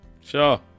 Sure